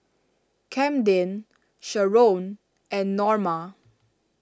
Camden Sheron and Norma